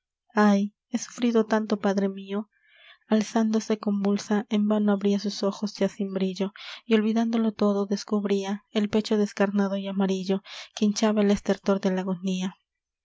ay he sufrido tánto padre mio alzándose convulsa en vano abria sus ojos ya sin brillo y olvidándolo todo descubria el pecho descarnado y amarillo que hinchaba el estertor de la agonía